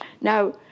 Now